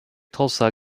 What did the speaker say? tulsa